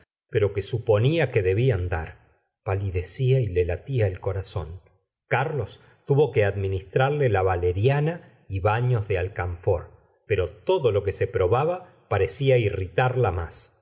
pero que suponía que debían dar palidecía y le latía el corazón carlos tuvo que administrarle la valeriana y baños de alcanfor pero todo lo que se probaba parecía irritarla más